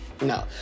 no